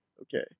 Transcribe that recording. Okay